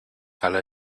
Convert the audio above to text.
ale